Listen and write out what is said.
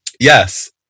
Yes